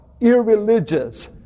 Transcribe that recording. irreligious